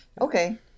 okay